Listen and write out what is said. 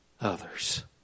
others